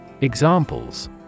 Examples